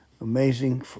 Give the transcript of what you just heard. amazing